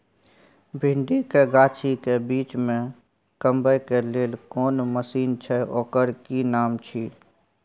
भिंडी के गाछी के बीच में कमबै के लेल कोन मसीन छै ओकर कि नाम छी?